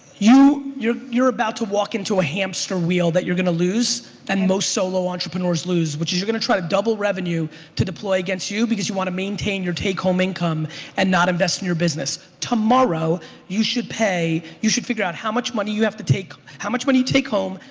your your about to walk into a hamster wheel that you're gonna lose and most solo entrepreneurs lose which is you're gonna try to double revenue to deploy against you because you want to maintain your take-home income and not invest in your business. tomorrow you should pay, you should figure out how much money you have to take, how much money you take home,